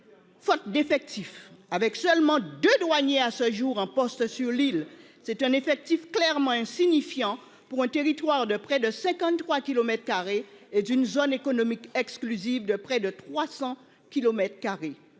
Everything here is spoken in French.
Faute d'effectifs, avec seulement 2 douaniers à ce jour un poste sur l'île. C'est un effectif clairement insignifiant pour un territoire de près de 53 km2 et d'une zone économique exclusive de près de 300 km2.